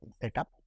setup